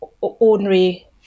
ordinary